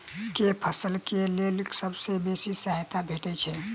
केँ फसल केँ लेल सबसँ बेसी सहायता भेटय छै?